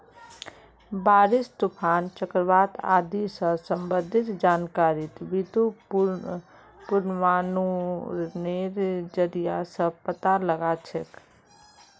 बारिश, तूफान, चक्रवात आदि स संबंधित जानकारिक बितु पूर्वानुमानेर जरिया स पता लगा छेक